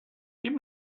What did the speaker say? give